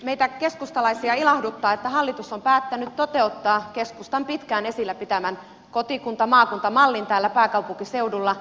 meitä keskustalaisia ilahduttaa että hallitus on päättänyt toteuttaa keskustan pitkään esillä pitämän kotikuntamaakunta mallin täällä pääkaupunkiseudulla kotikuntametropoli mallina